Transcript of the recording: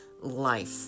life